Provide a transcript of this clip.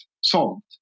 solved